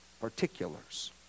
particulars